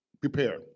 Prepare